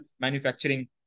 manufacturing